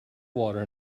water